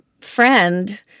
friend